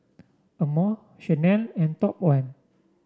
Amore Chanel and Top One